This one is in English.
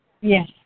Yes